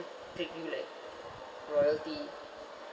treat you like royalty